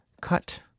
cut